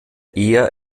eher